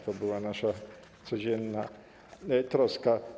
To była nasza codzienna troska.